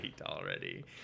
already